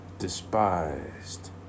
despised